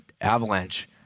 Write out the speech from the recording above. Avalanche